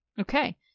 Okay